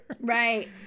Right